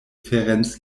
ferenc